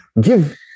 give